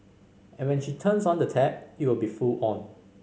and when she turns on the tap it will be full on